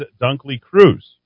Dunkley-Cruz